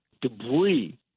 debris